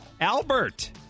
Albert